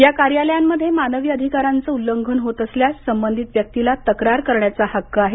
या कार्यालयांमध्ये मानवी अधिकारांचं उल्लंघन होत असल्यास संबंधित व्यक्तीला तक्रार करण्याचा हक्क आहे